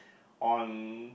on